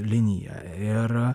liniją ir